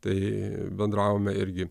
tai bendravome irgi